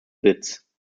bits